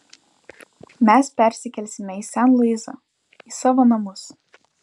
mes persikelsime į sen luisą į savo namus